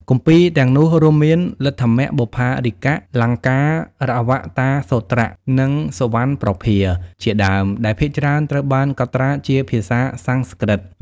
គម្ពីរទាំងនោះរួមមាន លទ្ធម្មបុប្ផារីកៈ, លង្ការវតារសូត្រ, និង សុវណ្ណប្រភាស ជាដើម ដែលភាគច្រើនត្រូវបានកត់ត្រាជាភាសាសំស្ក្រឹត។